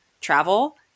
travel